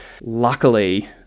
Luckily